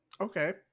Okay